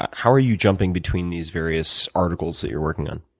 how are you jumping between these various articles that you're working on?